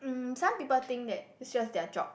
um some people think that it's just their job